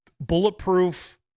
bulletproof